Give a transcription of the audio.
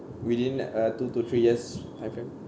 within uh two to three years I think